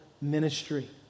ministry